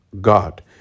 God